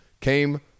Came